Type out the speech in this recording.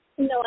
No